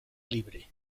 libre